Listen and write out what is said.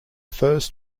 first